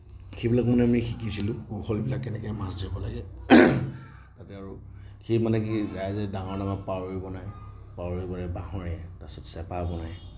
সেইবিলাক মানে আমি শিকিছিলোঁ কৌশলবিলাক কেনেকৈ মাছ ধৰিব লাগে তাতে আৰু সেই মানে কি ৰাইজে ডাঙৰ ডাঙৰ পাৱৈ বনায় বাঁহেৰে তাৰ পাছত চেপা বনায়